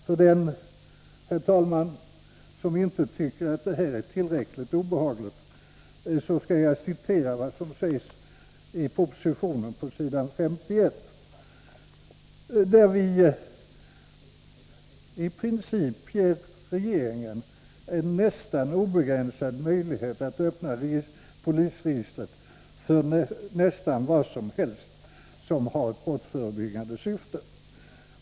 För den, herr talman, som inte tycker att detta är tillräckligt obehagligt skall jag citera vad som sägs i propositionen på s. 51, som i princip ger regeringen nästan obegränsad möjlighet att öppna polisregistret för nästan vad som helst som har brottsförebyggande syfte.